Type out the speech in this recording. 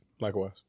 Likewise